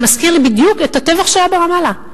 זה מזכיר לי בדיוק את הטבח שהיה ברמאללה,